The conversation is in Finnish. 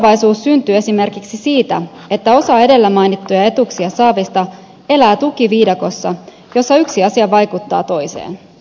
eroavaisuus syntyy esimerkiksi siitä että osa edellä mainittuja etuuksia saavista elää tukiviidakossa jossa yksi asia vaikuttaa toiseen